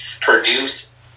produce